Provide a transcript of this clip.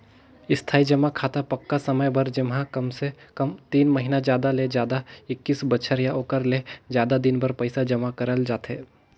इस्थाई जमा खाता पक्का समय बर जेम्हा कमसे कम तीन महिना जादा ले जादा एक्कीस बछर या ओखर ले जादा दिन बर पइसा जमा करल जाथे